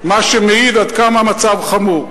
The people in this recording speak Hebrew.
מה שמעיד עד כמה המצב חמור.